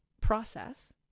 process